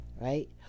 right